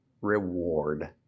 reward